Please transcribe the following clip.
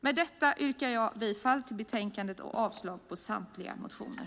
Med detta yrkar jag bifall till utskottets förslag i betänkandet och avslag på samtliga motioner.